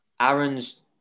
Aaron's